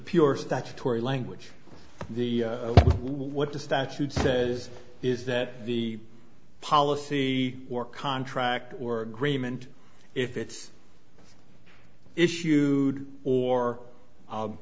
pure statutory language the what the statute says is that the policy or contract or agreement if it's issued or